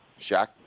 Shaq